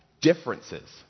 differences